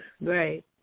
Right